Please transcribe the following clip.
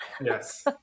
Yes